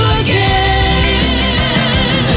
again